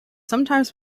sometimes